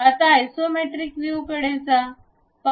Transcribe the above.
आता isometric view कडे पाहू